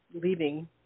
leaving